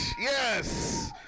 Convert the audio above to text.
yes